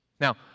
Now